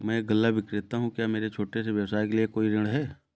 मैं एक गल्ला विक्रेता हूँ क्या मेरे छोटे से व्यवसाय के लिए कोई ऋण है?